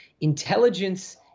intelligence